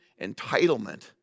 entitlement